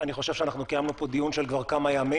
אני חושב שכבר קיימנו פה דיון של כמה ימים.